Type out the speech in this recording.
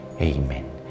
Amen